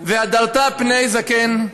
"והדרת פני זקן".